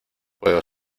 puedo